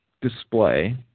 display